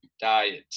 diet